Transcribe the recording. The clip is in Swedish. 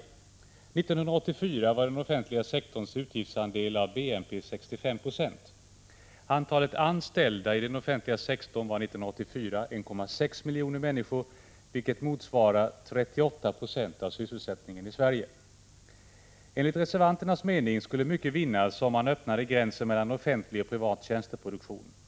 År 1984 var den offentliga sektorns utgiftsandel av BNP 65 26. Antalet anställda i den offentliga sektorn var 1,6 miljoner människor 1984, vilket motsvarar 38 96 av sysselsättningen i Sverige. Enligt reservanternas mening skulle mycket vinnas om man öppnade gränsen mellan offentlig och privat tjänsteproduktion.